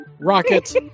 rocket